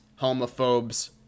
homophobes